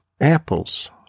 Apples